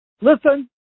Listen